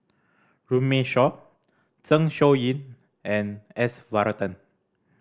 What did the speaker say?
Runme Shaw Zeng Shouyin and S Varathan